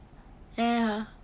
ya ya